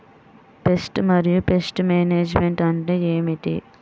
Pest మరియు pest management అంటే ఏమిటి?